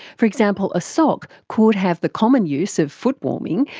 for example, a sock could have the common use of foot warming,